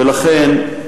ולכן,